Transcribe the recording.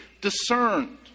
discerned